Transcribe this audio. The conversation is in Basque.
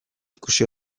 ikusi